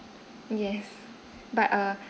yes but uh